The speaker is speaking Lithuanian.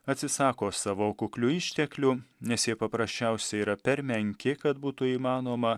atsisako savo kuklių išteklių nes jie paprasčiausiai yra per menki kad būtų įmanoma